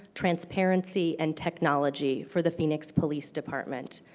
transparency, and technology for the phoenix police department.